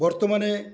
বর্তমানে